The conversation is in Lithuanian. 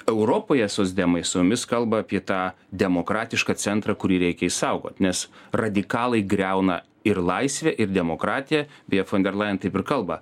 europoje socdemai su mumis kalba apie tą demokratišką centrą kurį reikia išsaugot nes radikalai griauna ir laisvę ir demokratiją beje fonderlajen taip ir kalba